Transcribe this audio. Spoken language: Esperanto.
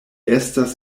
estas